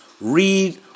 read